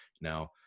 Now